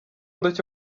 gitondo